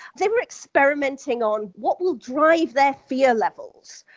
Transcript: they were experimenting on what will drive their fear levels.